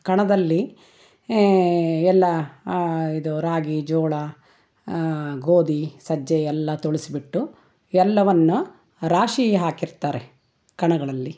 ಕಣದಲ್ಲಿ ಎಲ್ಲ ಇದು ರಾಗಿ ಜೋಳ ಗೋಧಿ ಸಜ್ಜೆ ಎಲ್ಲ ತುಳಿಸ್ಬಿಟ್ಟು ಎಲ್ಲವನ್ನೂ ರಾಶಿ ಹಾಕಿರ್ತಾರೆ ಕಣಗಳಲ್ಲಿ